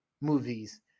movies